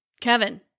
Kevin